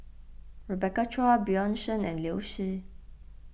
Rebecca Chua Bjorn Shen and Liu Si